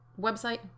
website